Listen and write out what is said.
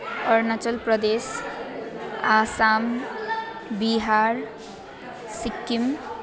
Arunachal Pradesh Assam Bihar Sikkim